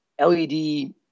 LED